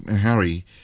Harry